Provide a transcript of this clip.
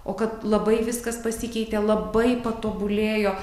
o kad labai viskas pasikeitė labai patobulėjo